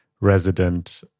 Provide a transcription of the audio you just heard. resident